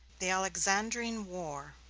the alexandrine war